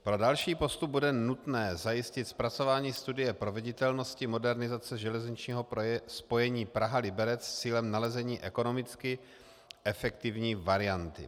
Pro další postup bude nutné zajistit zpracování studie proveditelnosti modernizace železničního spojení Praha Liberec s cílem nalezení ekonomicky efektivní varianty.